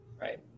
Right